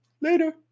later